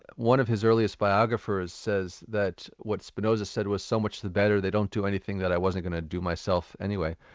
one of his earliest biographers says that what spinoza said was so much the better, they don't do anything that i wasn't going to do myself anyway.